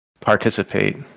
participate